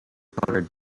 colored